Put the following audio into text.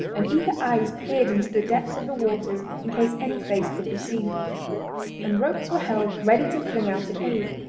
and eager eyes peered into the depths of the waters in case any face could be seen and ropes were held ready to fling out in aid.